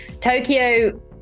Tokyo